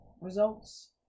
results